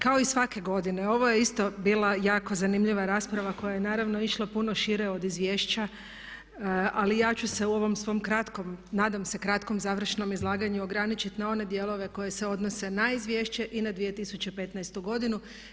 Kao i svake godine ovo je isto bila jako zanimljiva rasprava koja je naravno išla puno šire od izvješća ali ja ću se u ovom svom kratkom, nadam se kratkom završnom izlaganju ograničiti na one dijelove koji se odnose na izvješće i na 2015.godinu.